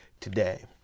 today